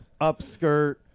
upskirt